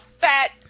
fat